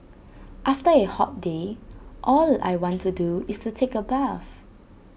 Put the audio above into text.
after A hot day all I want to do is take A bath